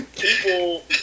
People